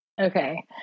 Okay